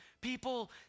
People